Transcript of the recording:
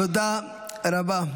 תודה רבה.